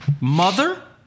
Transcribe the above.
mother